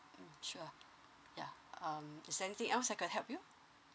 mm sure ya um is there anything else I could help you